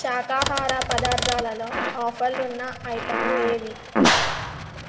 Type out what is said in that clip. శాకాహార పదార్థాలలో ఆఫర్లున్న ఐటెంలు ఏవి